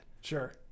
sure